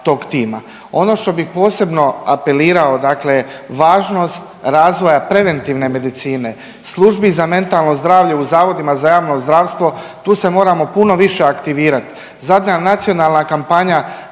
Ono što bih posebno apelirao dakle važnost razvoja preventivne medicine, službi za mentalno zdravlje u Zavodima za javno zdravstvo, tu se moramo puno više aktivirat, zadnja nacionalna kampanja